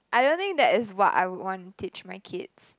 I don't think that is what I would want to teach my kids